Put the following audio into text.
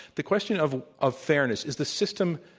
the question of of fairness. is the system,